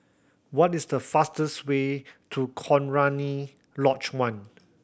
what is the fastest way to Cochrane Lodge One